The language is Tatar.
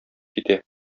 китә